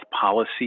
policy